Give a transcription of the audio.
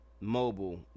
mobile